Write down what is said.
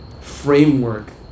framework